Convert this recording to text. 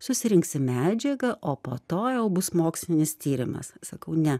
susirinksi medžiagą o po to jau bus mokslinis tyrimas sakau ne